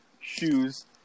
shoes